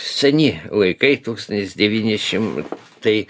seni laikai tūkstntis devyni šimtai